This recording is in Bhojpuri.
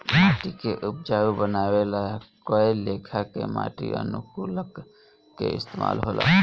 माटी के उपजाऊ बानवे ला कए लेखा के माटी अनुकूलक के इस्तमाल होला